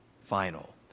final